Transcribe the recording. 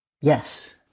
Yes